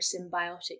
Symbiotic